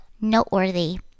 noteworthy